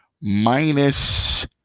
minus